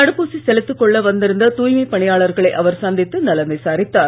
தடுப்பூசி செலுத்திக் கொள்ள வந்திருந்த தூய்மை பணியாளர்களை அவர் சந்தித்து நலம் விசாரித்தார்